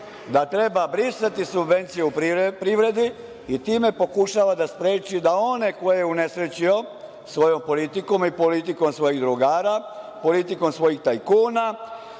da treba brisati subvenciju u privredi i time pokušava da spreči da one koje je unesrećio svojom politikom i politikom svojih drugara, politikom svojih tajkuna,